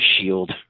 shield